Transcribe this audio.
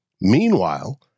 Meanwhile